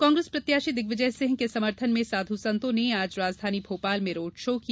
कांग्रेस प्रत्याशी दिग्विजय सिंह के समर्थन में साधु संतों ने आज राजधानी भोपाल में रोड शो किया